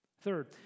Third